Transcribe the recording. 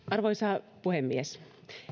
arvoisa puhemies